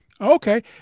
Okay